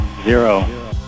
zero